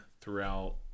throughout